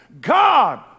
God